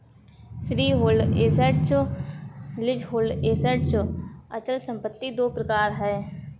freehold assets, leasehold assets अचल संपत्ति दो प्रकार है